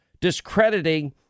discrediting